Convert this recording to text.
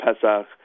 Pesach